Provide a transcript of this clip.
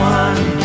one